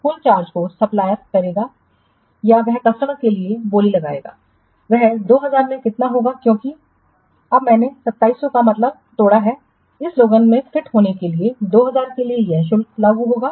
कुल चार्ज जो सप्लायरकरेगा या वह कस्टमर के लिए बोली लगाएगा वह 2000 में कितना होगा क्योंकि अब मैंने 2700 का मतलब तोड़ा है इस स्लोगन में फिट होने के लिए 2000 में यह शुल्क लागू होगा